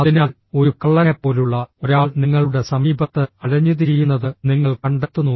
അതിനാൽ ഒരു കള്ളനെപ്പോലുള്ള ഒരാൾ നിങ്ങളുടെ സമീപത്ത് അലഞ്ഞുതിരിയുന്നത് നിങ്ങൾ കണ്ടെത്തുന്നു